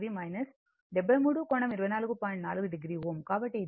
4 o Ω కాబట్టి ఇది వాస్తవానికి 44